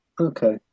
Okay